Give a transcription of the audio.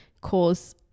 cause